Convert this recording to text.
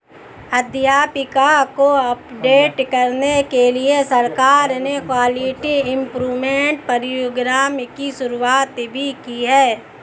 अध्यापकों को अपडेट करने के लिए सरकार ने क्वालिटी इम्प्रूव्मन्ट प्रोग्राम की शुरुआत भी की है